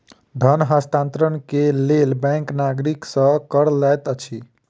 धन हस्तांतरण के लेल बैंक नागरिक सॅ कर लैत अछि